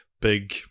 big